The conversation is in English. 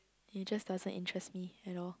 it just doesn't interest me at all